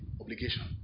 obligation